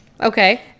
Okay